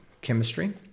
chemistry